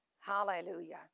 Hallelujah